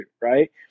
right